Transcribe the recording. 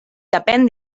depèn